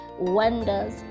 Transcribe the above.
wonders